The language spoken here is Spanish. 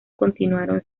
continuaron